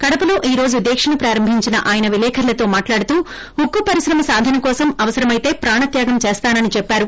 కడపలో ఈ రోజు దీక్షను ప్రారంభించిన ఆయన విలేకర్లతో మాట్లాడుతూ ఉక్కు పరిశ్రమ సాధన కోసం అవసరమైతే ప్రాణ త్యాగం చేస్తానని చెప్పారు